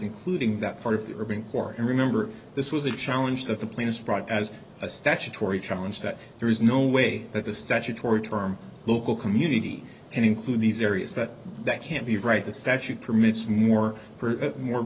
including that part of the urban core and remember this was a challenge that the planets brought as a statutory challenge that there is no way that the statutory term local community can include these areas that that can't be right the statute permits more